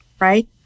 right